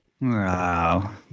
Wow